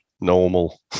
normal